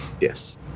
Yes